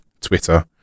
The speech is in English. Twitter